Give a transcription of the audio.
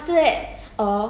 err 突然之间